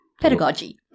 Pedagogy